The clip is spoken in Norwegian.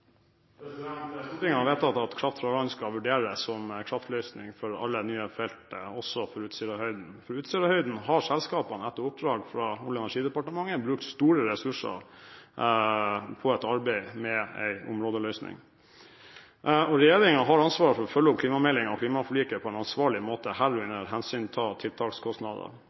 Stortinget har vedtatt at kraft fra land skal vurderes som kraftløsning for alle nye felt – også for Utsirahøyden. For Utsirahøyden har selskapene, etter oppdrag fra Olje- og energidepartementet, brukt store ressurser på et arbeid med en områdeløsning. Regjeringen har ansvar for å følge opp klimameldingen og klimaforliket på en ansvarlig måte, herunder å hensynta tiltakskostnader.